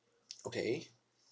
okay